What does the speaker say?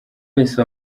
wese